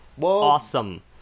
awesome